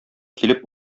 килеп